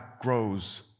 grows